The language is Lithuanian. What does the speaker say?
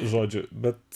žodžiu bet